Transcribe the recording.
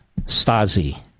Stasi